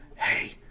hey